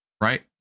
right